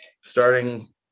starting